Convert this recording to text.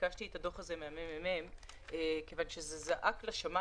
ביקשתי את הדוח הזה ממרכז המחקר והמידע כיוון שזה זעק לשמים.